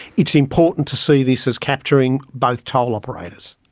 it's important to see this as capturing both toll operators.